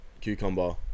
cucumber